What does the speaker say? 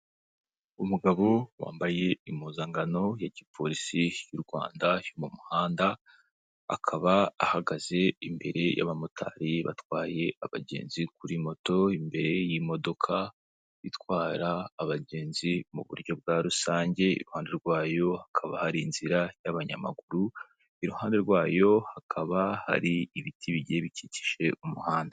Umugabo wambaye impuzangano ya gipolisi y'u Rwanda yo mu muhanda, akaba ahagaze imbere y'abamotari batwaye abagenzi kuri moto, imbere y'imodoka itwara abagenzi mu buryo bwa rusange, iruhande rwayo hakaba hari inzira y'abanyamaguru, iruhande rwayo hakaba hari ibiti bigiye bikikije umuhanda.